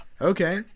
Okay